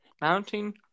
Mounting